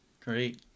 Great